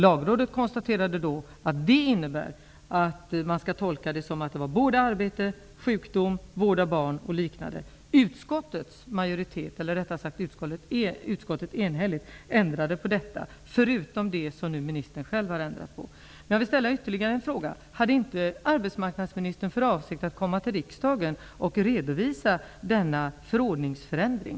Lagrådet konstaterade då att det skulle tolkas som att det gällde arbete, sjukdom, vård av barn och liknande. Ett enhälligt utskott ändrade på detta, förutom det som ministern nu själv har ändrat på. Jag vill ställa ytterligare en fråga: Hade inte arbetsmarknadsministern för avsikt att komma till riksdagen och redovisa denna förordningsförändring?